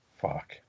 Fuck